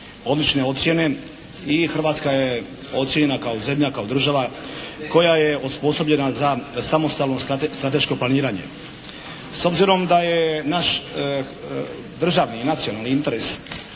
odlične ocjene i Hrvatska je ocijenjena kao zemlja, kao država koja je osposobljena za samostalno strateško planiranje. S obzirom da je naš državni i nacionalni interes